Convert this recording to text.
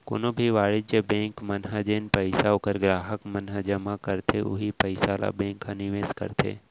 कोनो भी वाणिज्य बेंक मन ह जेन पइसा ओखर गराहक मन ह जमा करथे उहीं पइसा ल बेंक ह निवेस करथे